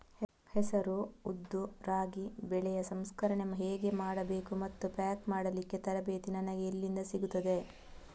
ಹೆಸರು, ಉದ್ದು, ರಾಗಿ ಬೆಳೆಯ ಸಂಸ್ಕರಣೆ ಹೇಗೆ ಮಾಡಬೇಕು ಮತ್ತು ಪ್ಯಾಕ್ ಮಾಡಲಿಕ್ಕೆ ತರಬೇತಿ ನನಗೆ ಎಲ್ಲಿಂದ ಸಿಗುತ್ತದೆ?